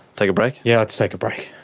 take a break. yeah let's take a break.